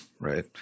right